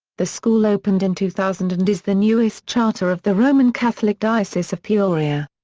the school opened in two thousand and is the newest charter of the roman catholic diocese of peoria.